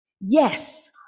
Yes